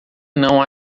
não